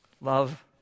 love